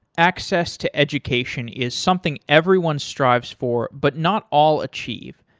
access to education is something everyone strives for but not all achieved,